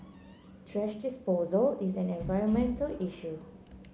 thrash disposal is an environmental issue